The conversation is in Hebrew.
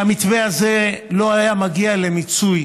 שהמתווה הזה לא היה מגיע למיצוי